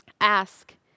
ask